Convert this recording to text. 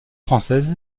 française